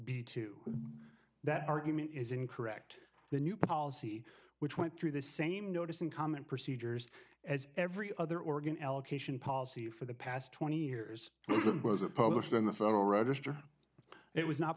b two that argument is incorrect the new policy which went through the same notice and common procedures as every other organ allocation policy for the past twenty years was it published in the federal register it was not